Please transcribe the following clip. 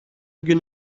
gün